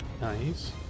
Nice